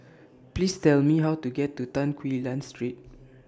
Please Tell Me How to get to Tan Quee Lan Street